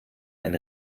ein